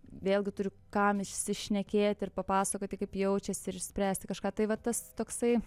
vėlgi turi kam išsišnekėti ir papasakoti kaip jaučiasi ir išspręsti kažką tai va tas toksai